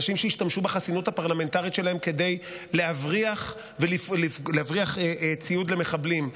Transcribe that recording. אנשים שהשתמשו בחסינות הפרלמנטרית שלהם כדי להבריח ציוד למחבלים,